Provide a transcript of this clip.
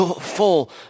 full